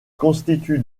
constitue